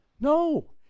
No